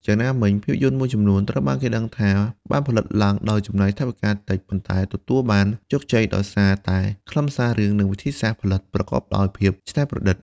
យ៉ាងណាមិញ ភាពយន្តមួយចំនួនត្រូវបានគេដឹងថាបានផលិតឡើងដោយចំណាយថវិកាតិច ប៉ុន្តែទទួលបានជោគជ័យដោយសារតែខ្លឹមសាររឿង និងវិធីសាស្ត្រផលិតប្រកបដោយភាពច្នៃប្រឌិត។